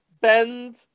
bend